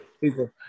people